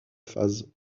phases